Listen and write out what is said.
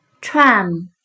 tram